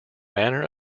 manner